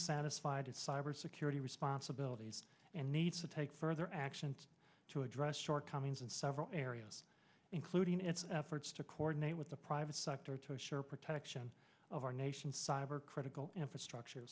satisfied its cybersecurity responsibilities and needs to take further action to address shortcomings in several areas including its efforts to coordinate with the private sector to assure protection of our nation's cyber critical infrastructure